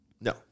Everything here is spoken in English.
No